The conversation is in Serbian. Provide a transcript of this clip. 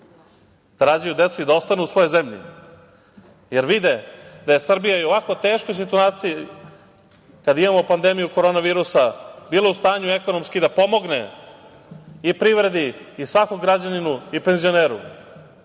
da rađaju decu i da ostanu u svojoj zemlji, jer vide da je Srbija i u ovako teškoj situaciji, kada imamo pandemiju korona virusa, bila u stanju ekonomski da pomogne i privredi i svakom građaninu i penzioneru,